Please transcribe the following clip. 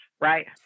right